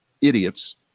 idiots